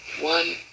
One